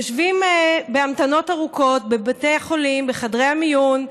יושבים בהמתנות ארוכות בבתי החולים, בחדרי המיון,